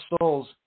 souls